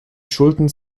schulden